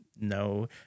No